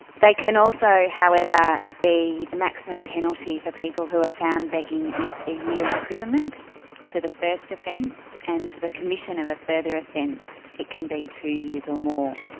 they can also, however, be the maximum penalty for people who are ah found begging is a year imprisonment for the first offence, and for the commission of a further offence, it can be two years or more.